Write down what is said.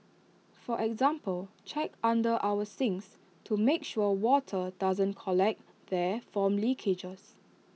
for example check under our sinks to make sure water doesn't collect there from leakages